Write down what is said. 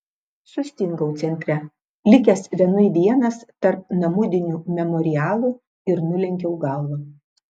sustingau centre likęs vienui vienas tarp namudinių memorialų ir nulenkiau galvą